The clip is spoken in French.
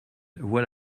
voit